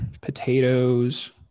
potatoes